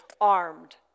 Armed